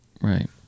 right